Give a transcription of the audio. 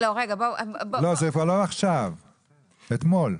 זה לא עכשיו, אתמול.